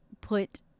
put